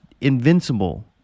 Invincible